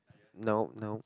no nope